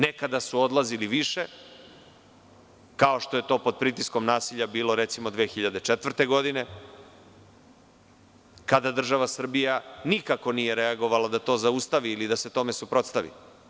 Nekada su odlazili više, kao što je to pod pritiskom nasilja bilo recimo 2004. godine, kada država Srbija nikako nije reagovala da to zaustavi ili da se tome suprostavi.